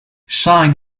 shine